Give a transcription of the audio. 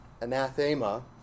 anathema